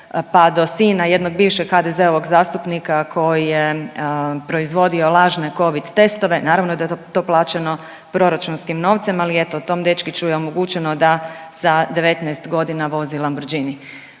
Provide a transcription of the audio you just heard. pa do sina jednog bivšeg HDZ-ovog zastupnika koji je proizvodio lažne Covid testove, naravno da je to plaćeno proračunskim novcem, ali eto, tom dečkiću je omogućeno da sa 19 godina vozi Lamborghini.